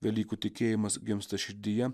velykų tikėjimas gimsta širdyje